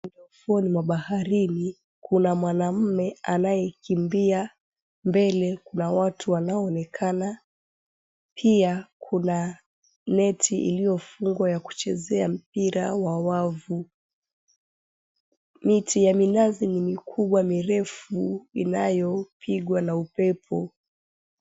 Ufuoni mwa baharini kuna mwanaume anayekimbia, mbele kuna watu wanaonekana pia kuna neti iliyofungwa ya kuchezea mpira wa wavu. Miti ya minazi ni mikubwa mirefu inayopigwa na upepo.